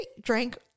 drank